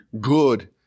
good